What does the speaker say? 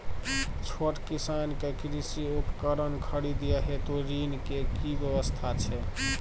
छोट किसान के कृषि उपकरण खरीदय हेतु ऋण के की व्यवस्था छै?